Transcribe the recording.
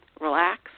relax